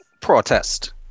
protest